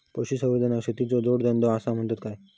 पशुसंवर्धनाक शेतीचो जोडधंदो आसा म्हणतत काय?